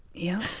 yeah.